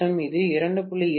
2 கி